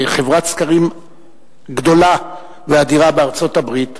בחברת סקרים גדולה ואדירה בארצות-הברית,